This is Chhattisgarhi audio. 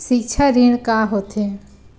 सिक्छा ऋण का होथे?